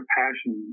passion